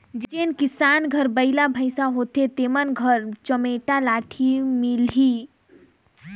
जेन किसान घर बइला भइसा होथे तेमन घर चमेटा लाठी मिलही